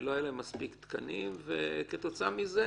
ולא היו להם מספיק תקנים, וכתוצאה מזה